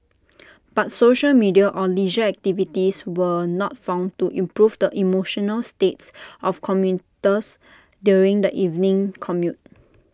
but social media or leisure activities were not found to improve the emotional states of commuters during the evening commute